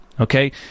Okay